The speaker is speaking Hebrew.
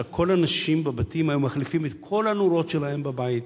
שכל האנשים בבתים היו מחליפים את כל הנורות שלהם בבית,